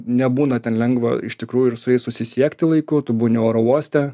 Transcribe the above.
nebūna ten lengva iš tikrųjų ir su jais susisiekti laiku tu būni oro uoste